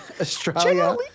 Australia